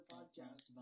Podcast